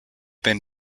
been